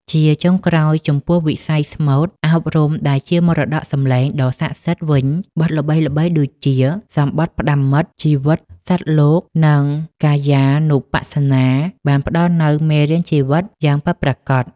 ជាចុងក្រោយ ចំពោះវិស័យស្មូតអប់រំដែលជាមរតកសម្លេងដ៏ស័ក្តិសិទ្ធិវិញ បទល្បីៗដូចជា សំបុត្រផ្ដាំមិត្ត ជីវិតសត្វលោក និង កាយានុបស្សនា បានផ្តល់នូវមេរៀនជីវិតយ៉ាងពិតប្រាកដ។